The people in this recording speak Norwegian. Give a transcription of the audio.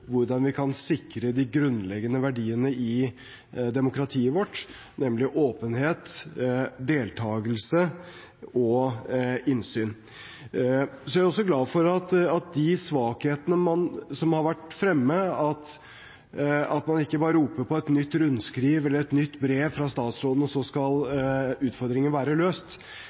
hvordan vi kan sikre de grunnleggende verdiene i demokratiet vårt, nemlig åpenhet, deltagelse og innsyn. Jeg er også glad for at man når det gjelder de svakhetene som har vært fremme, ikke bare roper på et nytt rundskriv eller et nytt brev fra statsråden, og så skal utfordringen være løst.